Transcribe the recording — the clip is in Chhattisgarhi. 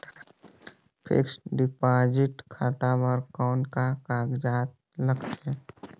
फिक्स्ड डिपॉजिट खाता बर कौन का कागजात लगथे?